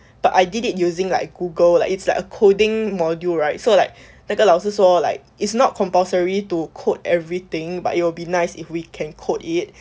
but I did it using like google like it's like a coding module right so like 那个老师说 like it's not compulsory to code everything but it'll be nice if we can code it